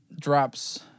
drops